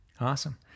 Awesome